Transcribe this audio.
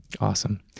Awesome